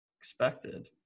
expected